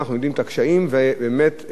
הדבר הזה מכאיב ומצער מאוד.